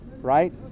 right